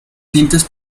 tintes